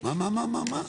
מה מה מה מה ?